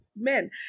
men